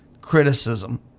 criticism